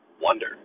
wonder